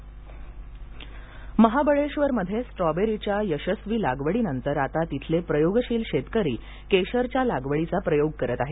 महाबळेश्वर केशर महाबळेश्वरमध्ये स्टॉबेरीच्या यशस्वी लागवडीनंतर आता तिथले प्रयोगशील शेतकरी केशरच्या लागवडीचा प्रयोग करत आहेत